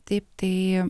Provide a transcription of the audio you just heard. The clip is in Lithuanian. taip tai